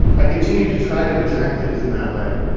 i continued to try to attack things in that way,